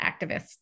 activists